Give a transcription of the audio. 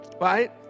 Right